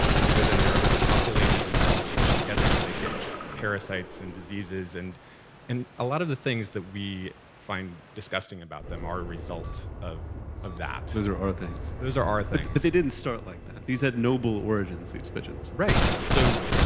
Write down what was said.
and so then they're overpopulated. and they're all squished together, and they get parasites and diseases. and and a lot of the things that we find disgusting about them are a result of of that those are our things those are our but they didn't start like that. these had noble origins, these pigeons right. so,